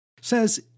says